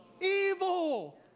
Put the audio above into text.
Evil